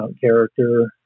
character